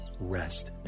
rest